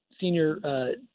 senior